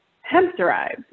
hemp-derived